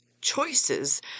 choices